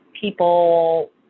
people